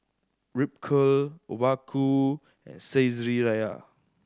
Ripcurl Obaku and Saizeriya